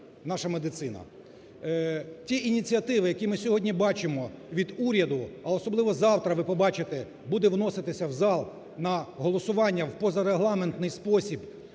Ті ініціативи, які ми сьогодні бачимо від уряду, а особливо завтра ви побачите, буде вноситися в зал на голосування в позарегламентний спосіб